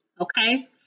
Okay